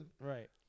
Right